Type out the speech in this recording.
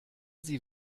sie